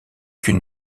qu’une